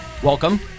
Welcome